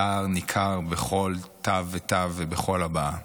הצער ניכר בכל תו ותו ובכל הבעה.